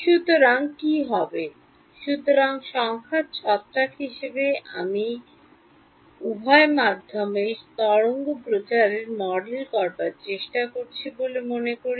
সুতরাং কি হবে সুতরাং সংখ্যার ছত্রাক হিসাবে আমি উহ মাধ্যমে তরঙ্গ প্রচারের মডেল করার চেষ্টা করছি বলে মনে করি